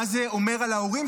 מה זה אומר על ההורים,